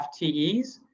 FTEs